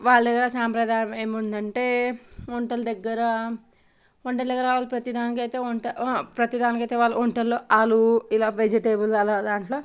వాళ్ళ దగ్గర సాంప్రదాయం ఏముందంటే వంటల దగ్గర వంటల దగ్గర వాళ్ళు ప్రతీ దానికైతే వంట ప్రతీ దానికైతే వాళ్ళు వంటల్లో ఆలూ ఇలా వెజిటబుల్ అలా దాంట్లో